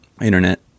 internet